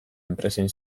enpresen